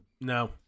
No